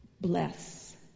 Bless